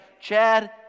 Chad